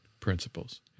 principles